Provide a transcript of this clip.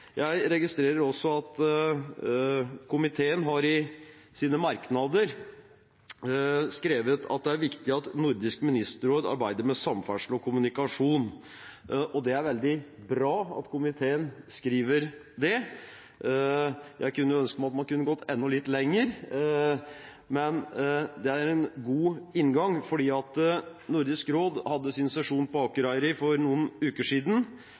Jeg registrerer også at komiteen i sine merknader har skrevet at det er viktig at Nordisk ministerråd arbeider med samferdsel og kommunikasjon. Det er veldig bra at komiteen skriver det. Jeg kunne ønsket at man hadde gått enda litt lenger, men det er en god inngang. Nordisk råd hadde sesjon på Akureyri for noen uker siden.